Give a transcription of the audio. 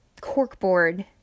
corkboard